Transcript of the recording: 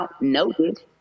noted